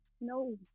No